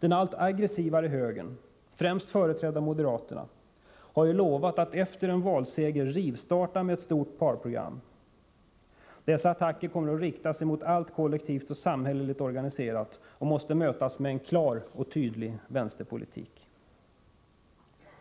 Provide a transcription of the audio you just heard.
Den allt aggressivare högern — företrädd främst av moderaterna — har ju lovat att efter en valseger rivstarta med ett stort sparprogram. Dessa attacker kommer att rikta sig mot allt kollektivt och samhälleligt organiserat och måste mötas med en klar och tydlig vänsterpolitik.